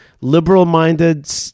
liberal-minded